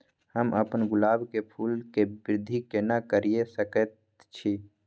हम अपन गुलाब के फूल के वृद्धि केना करिये सकेत छी?